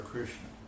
Krishna